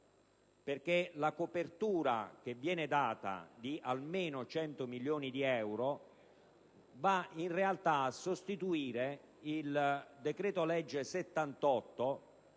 perché la copertura che viene data, di almeno 100 milioni di euro, va in realtà a sostituire il decreto-legge n.